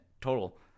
total